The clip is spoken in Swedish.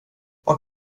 vad